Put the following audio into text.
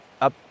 up